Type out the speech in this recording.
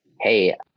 Hey